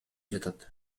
жатат